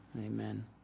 amen